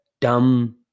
dumb